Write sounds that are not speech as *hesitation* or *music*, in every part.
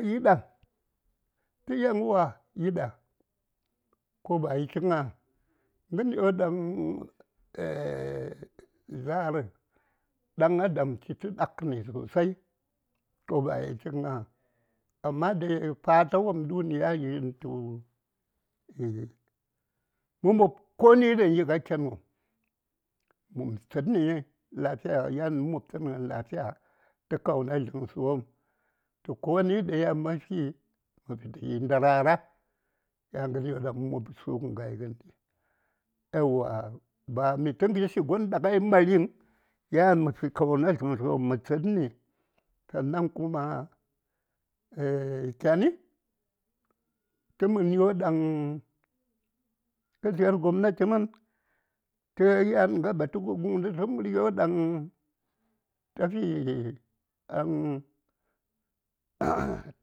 ﻿Yiɗa tə yan uwa yiɗa ko ba yi chik ŋa? ŋryoɗaŋ *hesitation* za:r ɗan adam chitə ɗakəni sosai ko ba yi chik ŋa? amma dai fata wopm du:ni yan yintu *hesitation* mə mob koni ɗaŋ yi ŋa ken wom mə tsənni lafiya yan mə mob tsəŋən lafiya tə kauna dləŋsəwopm koni daŋ ma fi mə fitə ndarara yan ŋərwom ɗa mə mob sugun ŋai ŋəndi. Yauwa ba mitə ŋərshi gonɗa ai marin yan mafi kauna dləŋsəwom mə tsadni *hesitation* anan kuma kyani tə mən won daŋ kə tlə:r gobnati mən tə yan kə batu ŋə guŋdə tə muryo daŋ ka fi *hesitation* *noise*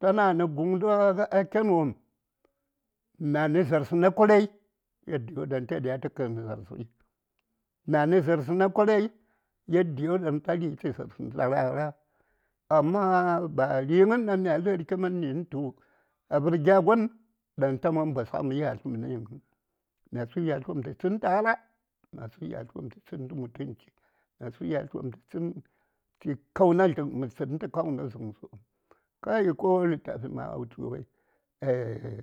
tana nə guŋdə a kenwom tə na: nə za:rsə na kwarai yadiyoɗaŋ ta diya tə kən za:rsə tə na: nə za:rsə na kwarai yadiyodaŋ ri: tə za:rsə ndarara amma ba ri:ŋən daŋ mya lə:rkimənɗi tu a vər gya gon ɗaŋ taman basak mi yatli məni həŋ myasu yatl wom tə tsən ndara myasu yattl wom tə tsən tə mutunchi myasu yatl wom tə tsən tə kauna dləŋ mə tsən tə kauna dləŋsə wom kai ko litafi ma a wultu wai. *hesitation*